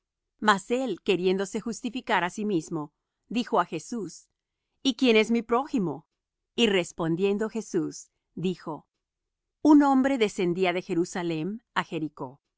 él queriéndose justificar á sí mismo dijo á jesús y quién es mi prójimo y respondiendo jesús dijo un hombre descendía de jerusalem á jericó y